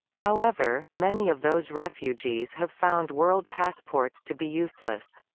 however, many of those refugees have found world passports to be useless.